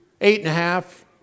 eight-and-a-half